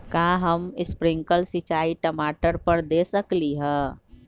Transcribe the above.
का हम स्प्रिंकल सिंचाई टमाटर पर दे सकली ह?